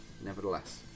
nevertheless